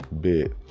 bit